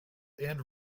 and